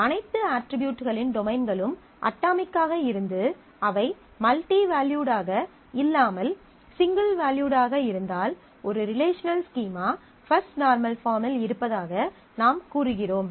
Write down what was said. அனைத்து அட்ரிபியூட்களின் டொமைன்களும் அட்டாமிக்காக இருந்து அவை மல்டி வேல்யூடாக இல்லாமல் சிங்கிள் வேல்யூடாக இருந்தால் ஒரு relational schema first normal form இல் இருப்பதாக நாம் கூறுகிறோம்